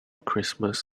christmas